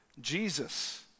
Jesus